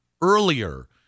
earlier